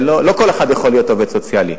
לא כל אחד יכול להיות עובד סוציאלי.